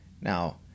Now